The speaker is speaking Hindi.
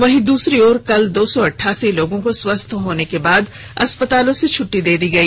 वहीं दूसरी ओर कल दो सौ अट्टासी लोगों को स्वस्थ होने के बाद अस्पतालों से छट्टी दे दी गई